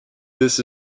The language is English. this